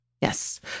Yes